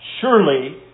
surely